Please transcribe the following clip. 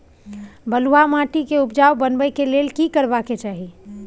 बालुहा माटी के उपजाउ बनाबै के लेल की करबा के चाही?